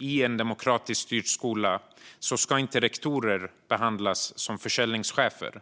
I en demokratiskt styrd skola ska inte rektorer behandlas som försäljningschefer.